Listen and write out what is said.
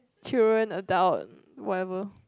children adult whatever